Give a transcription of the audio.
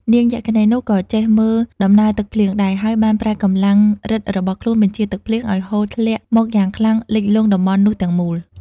នាងយក្ខិនីនោះ ក៏ចេះមើលដំណើរទឹកភ្លៀងដែរ ហើយបានប្រើកម្លាំងប្ញទ្ធិរបស់ខ្លួនបញ្ជាទឹកភ្លៀងឲ្យហូរធ្លាក់មកយ៉ាងខ្លាំងលិចលង់តំបន់នោះទាំងមូល។